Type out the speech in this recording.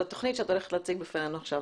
התכנית שאת הולכת להציג בפנינו עכשיו.